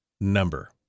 number